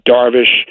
Darvish